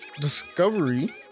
Discovery